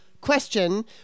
question